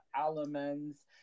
elements